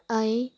ꯑꯩ